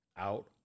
out